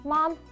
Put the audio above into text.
Mom